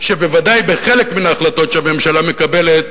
בוודאי בחלק מן ההחלטות שהממשלה מקבלת